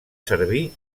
servir